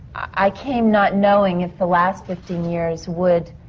i came not knowing if the last fifteen years would.